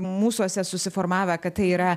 mūsuose susiformavę kad tai yra